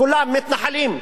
כולם מתנחלים,